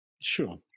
Sure